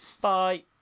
Bye